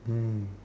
mm